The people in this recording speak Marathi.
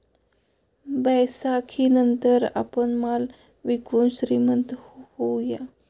बैसाखीनंतर आपण माल विकून श्रीमंत होऊया